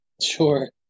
Sure